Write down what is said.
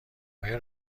آیا